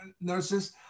nurses